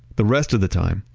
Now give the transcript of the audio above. the rest of the time,